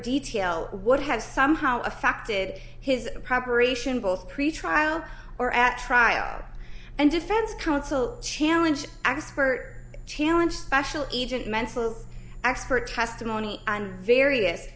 detail what has somehow affected his preparation both pretrial or at trial and defense counsel challenge expert challenge special agent mental expert testimony and various